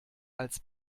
als